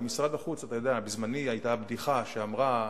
במשרד החוץ בזמני היתה הבדיחה שאמרה,